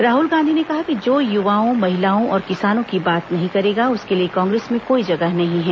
राहुल गांधी ने कहा कि जो युवाओं महिलाओं और किसानों की बात नहीं करेगा उसके लिए कांग्रेस में कोई जगह नहीं है